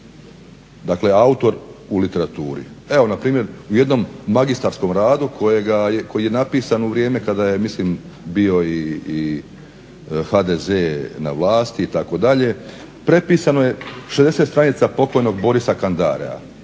dakle autor u literaturi. Evo npr. u jednom magistarskom radu koji je napisan u vrijeme kada je mislim bio i HDZ na vlasti itd., prepisano je 60 stranica pokojnog Borisa Kandarea.